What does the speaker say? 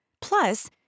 Plus